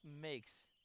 makes